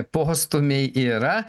postūmiai yra